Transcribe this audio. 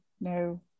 no